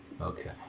Okay